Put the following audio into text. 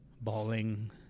bawling